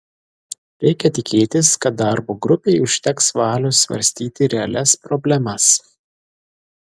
reikia tikėtis kad darbo grupei užteks valios svarstyti realias problemas